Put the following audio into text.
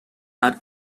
are